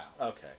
Okay